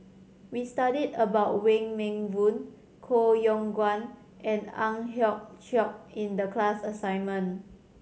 we studied about Wong Meng Voon Koh Yong Guan and Ang Hiong Chiok in the class assignment